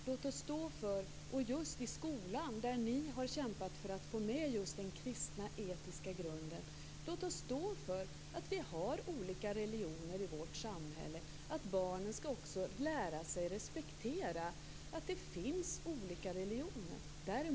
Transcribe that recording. Låt oss i skolan, där ni kämpat för att få med den kristna etiska grunden, stå för att vi har olika religioner i vårt samhälle och att barnen skall lära sig respektera att det finns olika religioner.